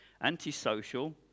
antisocial